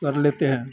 कर लेते हैं